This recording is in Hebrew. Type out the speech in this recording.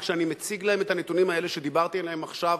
וכשאני מציג להם את הנתונים האלה שדיברתי עליהם עכשיו,